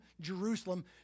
Jerusalem